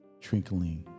Trinkling